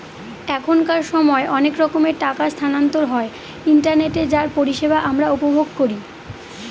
এখনকার সময় অনেক রকমের টাকা স্থানান্তর হয় ইন্টারনেটে যার পরিষেবা আমরা উপভোগ করি